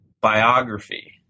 biography